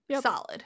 Solid